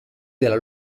della